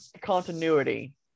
continuity